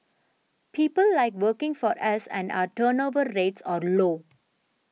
people like working for us and our turnover rates are low